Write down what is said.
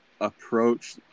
approach